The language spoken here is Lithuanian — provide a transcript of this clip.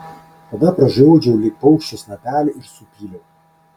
tada pražiodžiau lyg paukščio snapelį ir supyliau